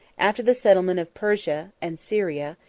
after the settlement of persia and syria,